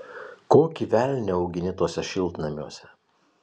kokį velnią augini tuose šiltnamiuose